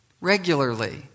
regularly